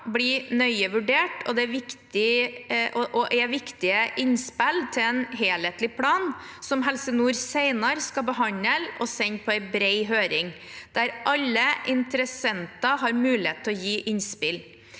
blir nøye vurdert og er viktige innspill til en helhetlig plan som Helse nord senere skal behandle og sende på en bred høring, der alle interessenter har mulighet til å gi innspill.